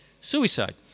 suicide